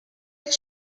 did